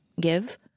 give